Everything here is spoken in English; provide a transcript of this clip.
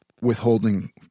withholding